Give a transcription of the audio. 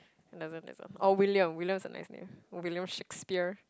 it doesn't doesn't oh William is a nice name William-Shakespeare